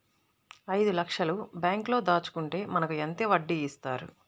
ఐదు లక్షల బ్యాంక్లో దాచుకుంటే మనకు ఎంత వడ్డీ ఇస్తారు?